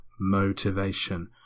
motivation